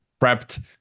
prepped